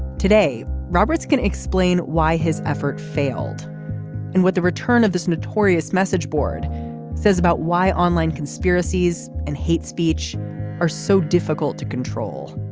today roberts can explain why his effort failed and what the return of this notorious message board says about why online conspiracies and hate speech are so difficult to control.